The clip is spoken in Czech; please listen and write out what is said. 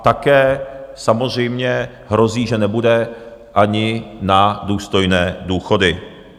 Také samozřejmě hrozí, že nebude ani na důstojné důchody.